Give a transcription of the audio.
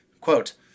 Quote